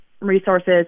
resources